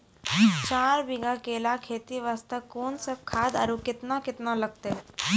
चार बीघा केला खेती वास्ते कोंन सब खाद आरु केतना केतना लगतै?